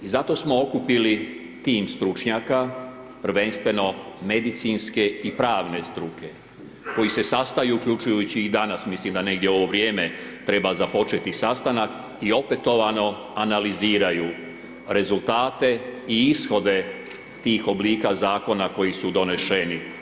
I zato smo okupili tim stručnjaka, prvenstveno medicinske i pravne struke, koji se sastaju, uključujući i danas, mislim da negdje u ovo vrijeme treba započeti sastanak, i opetovano analiziraju rezultate i ishode tih oblika zakona koji su doneseni.